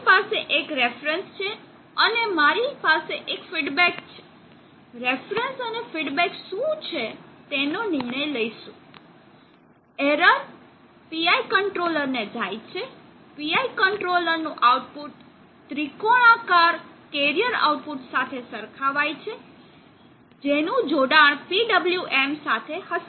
મારી પાસે એક રેફરન્સ છે અને મારી પાસે એક ફીડબેક છે રેફરન્સ અને ફીડબેક શું છે તેનો નિર્ણય લઈશું એરર PI કંટ્રોલરને જાય છે PI કંટ્રોલરનું આઉટપુટ ત્રિકોણાકાર કેરીઅર આઉટપુટ સાથે સરખાવાય છે જેનું જોડાણ PWM સાથે હશે